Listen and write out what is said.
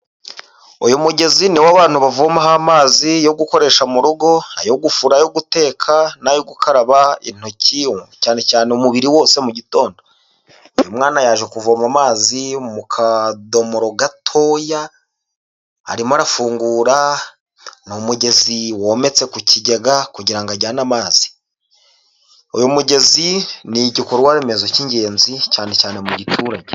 Uyu mugezi ni wo abantu bavomaho amazi yo gukoresha mu rugo, ayo gufura, ayo guteka, n'ayo gukaraba intoki cyane cyane umubiri wose mugitondo. Uyu mwana yaje kuvoma amazi mu kadomoro gatoya, arimo arafungura; ni umugezi wometse ku kigega kugira ngo ajyane amazi. Uyu mugezi ni igikorwaremezo cy'ingenzi cyane cyane mu giturage.